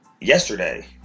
yesterday